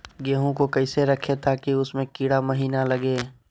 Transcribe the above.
गेंहू को कैसे रखे ताकि उसमे कीड़ा महिना लगे?